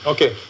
Okay